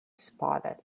spotted